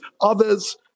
Others